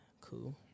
cool